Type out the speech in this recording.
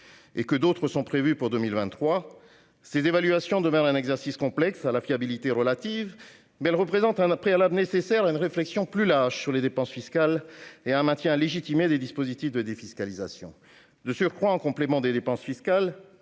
et que d'autres sont prévues pour 2023. Ces évaluations demeurent un exercice complexe, à la fiabilité relative, mais elles représentent un préalable nécessaire à une réflexion plus large sur les dépenses fiscales et à un maintien légitimé des dispositifs de défiscalisation. De surcroît, en complément des dépenses fiscales,